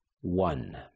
one